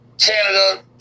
Canada